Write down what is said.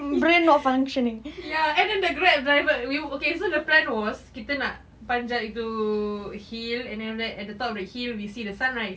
ya and then the Grab driver okay so the plan was kita nak panjat itu hill and then after that at the top of the hill then we see the sunrise